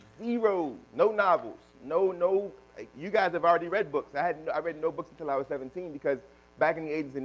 zero, no novels. no no you guys have already read books. and i read no books until i was seventeen because back in the eighty